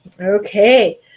Okay